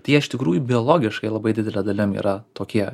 tai jie iš tikrųjų biologiškai labai didele dalim yra tokie